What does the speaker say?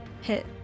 Hit